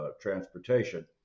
transportation